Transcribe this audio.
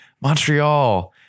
montreal